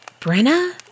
Brenna